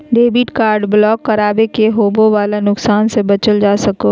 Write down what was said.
debit card block करावे के बाद होवे वाला नुकसान से बचल जा सको हय